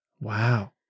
Wow